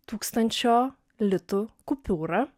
tūkstančio litų kupiūrą